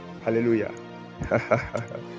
hallelujah